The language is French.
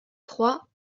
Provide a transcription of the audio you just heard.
trois